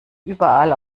überall